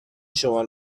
شمار